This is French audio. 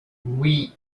oui